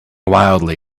wildly